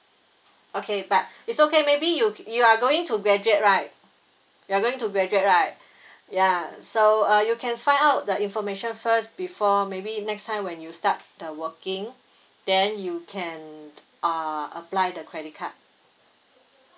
okay but is okay maybe you you are going to graduate right you are going to graduate right ya so uh you can find out the information first before maybe next time when you start the working then you can uh apply the credit card